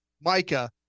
Micah